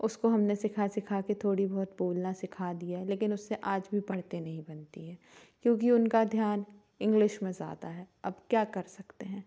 उसको हमने सिखा सिखा कर थोड़ी बहुत बोलना सिखा दिया है लेकिन उससे आज भी पढ़ते नहीं बनती है क्योंकि उनका ध्यान इंग्लिश में ज़्यादा है अब क्या कर सकते हैं